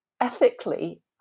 ethically